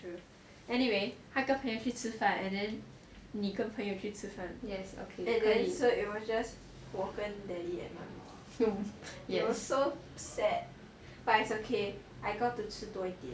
anyway 他跟朋友去吃饭 and then 你跟朋友去吃饭 so it was just 我跟 daddy and mummy it was so sad but it's okay I got to 吃多一点